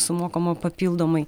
sumokama papildomai